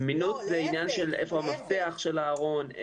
זמינות זה עניין של איפה המפתח של הארון,